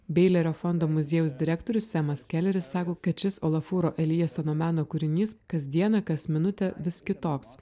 beilerio fondo muziejaus direktorius semas keleris sako kad šis olafuro elijasono meno kūrinys kasdieną kas minutę vis kitoks